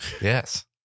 Yes